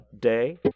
day